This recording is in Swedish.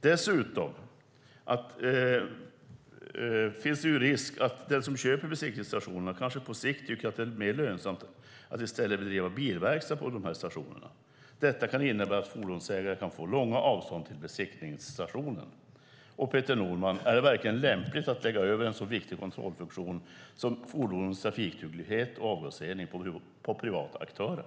Dessutom finns det risk att den som köper besiktningsstationer kanske på sikt tycker att det är mer lönsamt att i stället bedriva bilverkstad på dessa stationer. Detta kan innebära att fordonsägare kan få långa avstånd till besiktningsstationen. Peter Norman, är det verkligen lämpligt att lägga över en så viktig funktion som kontroll av fordons trafikduglighet och avgasrening på privata aktörer?